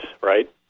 right